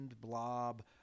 blob